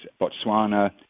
Botswana